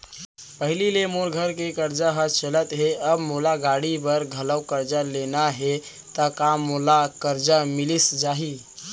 पहिली ले मोर घर के करजा ह चलत हे, अब मोला गाड़ी बर घलव करजा लेना हे ता का मोला करजा मिलिस जाही?